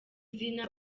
izina